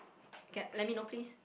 okay let me know please